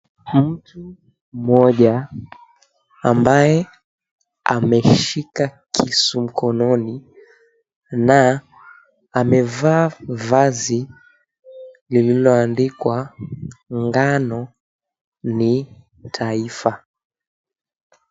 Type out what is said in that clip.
Mtu mmoja ambaye ameshika kisu mkononi na amevaa vazi lililoandikwa ngano ni taifa.